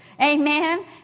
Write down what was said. Amen